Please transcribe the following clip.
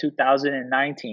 2019